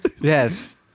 Yes